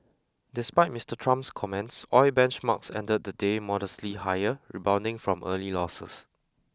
despite Mister Trump's comments oil benchmarks ended the day modestly higher rebounding from early losses